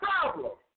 problem